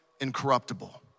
incorruptible